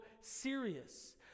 serious